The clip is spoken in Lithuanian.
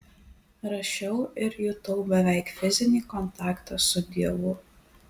rašiau ir jutau beveik fizinį kontaktą su dievu